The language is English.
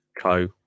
co